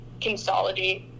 consolidate